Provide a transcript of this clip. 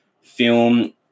film